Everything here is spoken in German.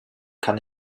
kann